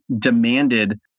demanded